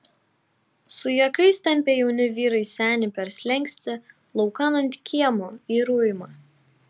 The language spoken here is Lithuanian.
su juokais tempia jauni vyrai senį per slenkstį laukan ant kiemo į ruimą